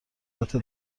قدرت